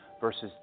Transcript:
versus